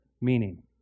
meaning